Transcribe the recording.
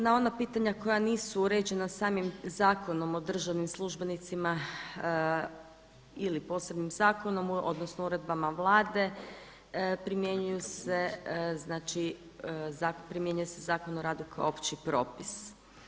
Na ona pitanja koja nisu uređena samim Zakonom o državnim službenicima ili posebnim zakonom, odnosno uredbama Vlade primjenjuju se znači, primjenjuje se Zakon o radu kao opći propis.